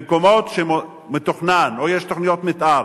במקומות שמתוכנן או שיש תוכניות מיתאר